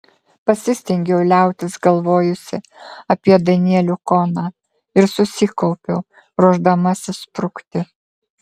pasistengiau liautis galvojusi apie danielių koną ir susikaupiau ruošdamasi sprukti